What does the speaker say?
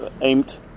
aimed